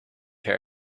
her